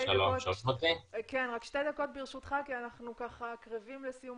ברשותך רק שתי דקות כי אנחנו קרבים לסיום